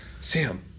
Sam